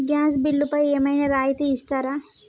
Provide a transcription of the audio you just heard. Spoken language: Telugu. గ్యాస్ బిల్లుపై ఏమైనా రాయితీ ఇస్తారా?